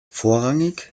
vorrangig